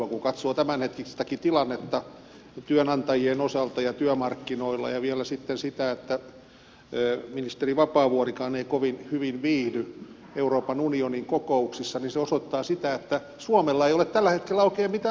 kun katsoo tämän hetkistäkin tilannetta työnantajien osalta ja työmarkkinoilla ja vielä sitten sitä että ministeri vapaavuorikaan ei kovin hyvin viihdy euroopan unionin kokouksissa niin se osoittaa sitä että suomella ei ole tällä hetkellä oikein mitään ajettavaa